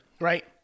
right